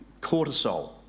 cortisol